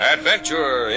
Adventure